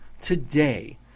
today